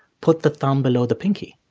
put the thumb below the pinky?